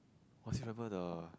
I still remember the